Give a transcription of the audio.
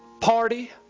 party